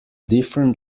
different